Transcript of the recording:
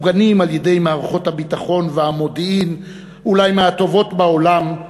מוגנים על-ידי מערכות הביטחון והמודיעין אולי מהטובות בעולם,